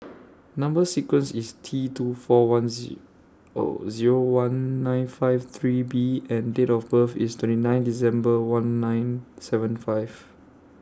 Number sequence IS T two four one Z O Zero one nine five three B and Date of birth IS twenty nine December one nine seven five